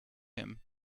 him